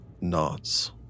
nods